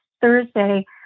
Thursday